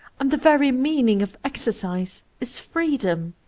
and the very meaning of ex ercise is freedom.